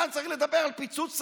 כאן צריך לדבר על פיצוץ שרים,